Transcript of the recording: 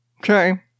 Okay